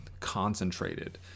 concentrated